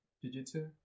Jiu-Jitsu